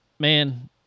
Man